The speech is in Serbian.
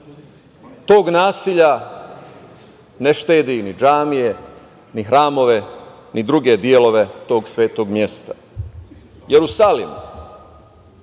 tog nasilja ne štedi ni džamije, ni hramove, ni druge delove tog svetog mesa. Jerusalim